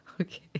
Okay